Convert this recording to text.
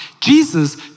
Jesus